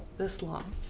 this long